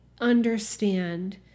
understand